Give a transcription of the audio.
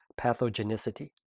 pathogenicity